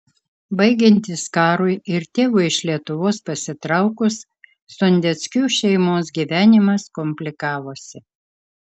baigiantis karui ir tėvui iš lietuvos pasitraukus sondeckių šeimos gyvenimas komplikavosi